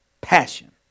passion